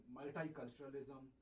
multiculturalism